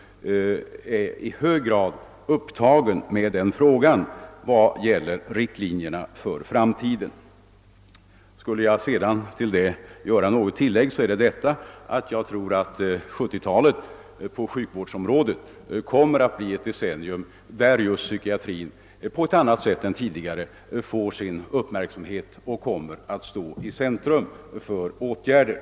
Socialstyrelsen är i hög grad upptagen med att dra upp riktlinjerna för framtiden på detta område. Till det vill jag också tillägga att jag tror att man inom sjukvårdsområdet under 1970-talet på ett annat sätt än tidigare kommer att ha sin uppmärksamhet riktad på psykiatrin, som under detta decennium kommer att stå i centrum för åtgärder.